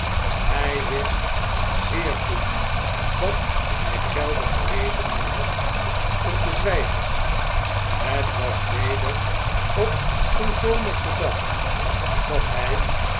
hij wist zeer goed dat hij geldige redenen had om te zwggen het was weder op een zomerschen dag dat hij